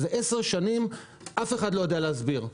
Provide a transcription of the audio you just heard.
עשר שנים אף אחד לא יודע להסביר.